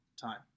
time